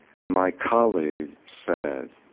and my colleague said,